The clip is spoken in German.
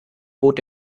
bot